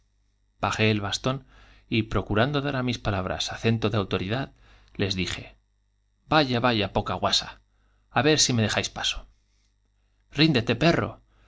bajé el bastón y proeu tranquilicé rando dar á mis palabras acento de autoridad les dije guasa a si dejáis j vaya vaya poca ver me pas ríndete perro